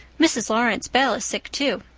mrs. lawrence bell is sick to.